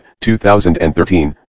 2013